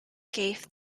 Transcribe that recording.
gave